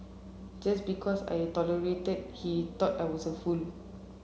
just because I tolerated he thought I was a fool